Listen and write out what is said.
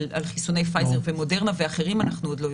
אבל על חיסוני פייזר ומודרנה ואחרים אנחנו עוד לא יודעים.